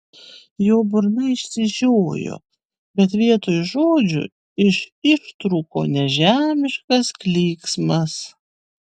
jo burna išsižiojo bet vietoj žodžių iš ištrūko nežemiškas klyksmas